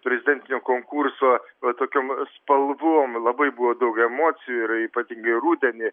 prezidentinio konkurso va tokiom spalvom labai buvo daugiau emocijų ir ypatingai rudenį